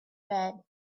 bad